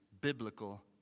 biblical